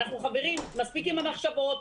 חברים, מספיק עם המחשבות,